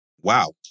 wow